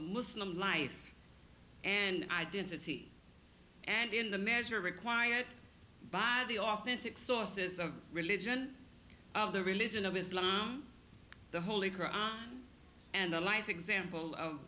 muslim life and identity and in the measure required by the authentic sources of religion of the religion of islam the holy and the life example